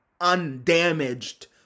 undamaged